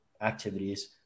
activities